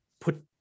put